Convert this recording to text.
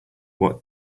what